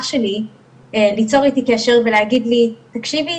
שלי ליצור איתי קשר ולהגיד לי "תקשיבי,